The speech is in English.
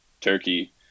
turkey